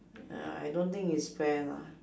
uh I don't think is fair lah